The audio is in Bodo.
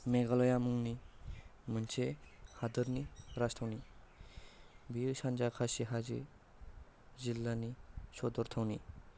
मेघालया मुंनि मोनसे हादोरसानि राजथावनि बेयो सानजा खासि हाजो जिल्लानि सदर थावनि